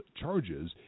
charges